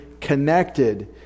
connected